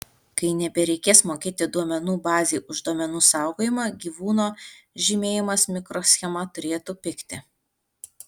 kai nebereikės mokėti duomenų bazei už duomenų saugojimą gyvūno žymėjimas mikroschema turėtų pigti